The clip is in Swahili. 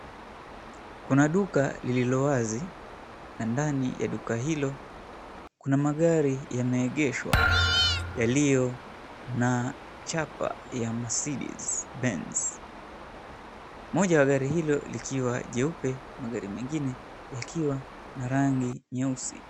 Kuna duka lililo wazi na ndani ya duka hilo, kuna magari yameegeshwa yaliyo na chapa ya Mercedes Benz. Moja wa gari hilo likiwa jeupe, magari mengine yakiwa na rangi nyeusi.